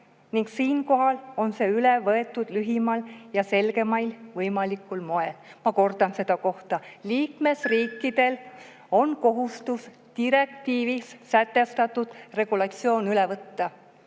ning siinkohal on see üle võetud lühimal ja selgemail võimalikul moel. Ma kordan seda kohta: liikmesriikidel on kohustus direktiivis sätestatud regulatsioon üle võtta.